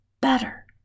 better